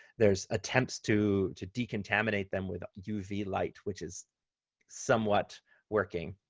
there's attempts to to decontaminate them with uv light, which is somewhat working.